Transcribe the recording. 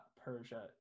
Persia